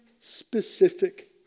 specific